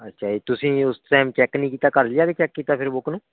ਅੱਛਾ ਜੀ ਤੁਸੀਂ ਉਸ ਟੈਮ ਚੈੱਕ ਨਹੀਂ ਕੀਤਾ ਘਰ ਜਾ ਕੇ ਚੈੱਕ ਕੀਤਾ ਫਿਰ ਬੁੱਕ ਨੂੰ